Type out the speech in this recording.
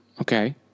okay